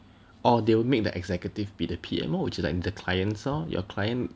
or they will make the executive be the P_M lor which is like 你的 clients lor so your client